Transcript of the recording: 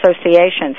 Associations